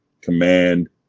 command